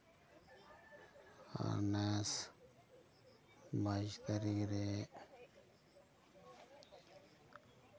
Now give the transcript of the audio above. ᱟᱨ ᱱᱮᱥ ᱵᱟᱭᱤᱥ ᱛᱟᱨᱤᱠᱷ ᱨᱮ